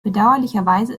bedauerlicherweise